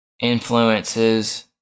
influences